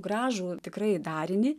nu gražų tikrai darinį